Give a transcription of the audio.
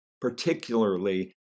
particularly